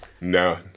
No